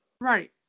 right